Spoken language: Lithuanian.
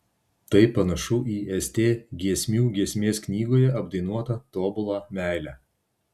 tai panašu į st giesmių giesmės knygoje apdainuotą tobulą meilę